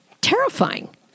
Terrifying